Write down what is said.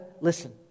Listen